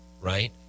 right